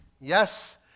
Yes